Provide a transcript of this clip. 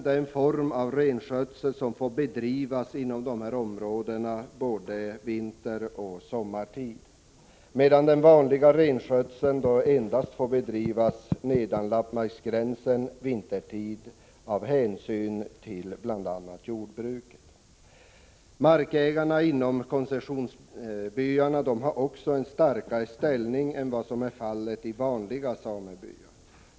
Den får bedrivas inom de berörda områdena under hela året, såväl sommar som vinter, medan den vanliga renskötseln får bedrivas nedanför lappmarksgränsen endast vintertid av hänsyn till jordbruket. Markägarna inom koncessionsbyarna har också en starkare ställning än vad fallet är i vanliga samebyar.